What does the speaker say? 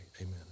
amen